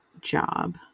job